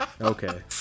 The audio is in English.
okay